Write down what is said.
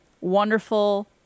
wonderful